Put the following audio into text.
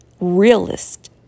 realist